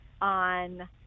on